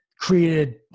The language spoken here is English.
created